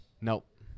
Nope